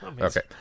Okay